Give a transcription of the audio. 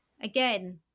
Again